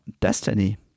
destiny